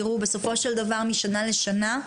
בסופו של דבר, משנה לשנה,